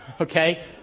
okay